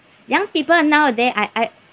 young people nowadays I I